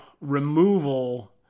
removal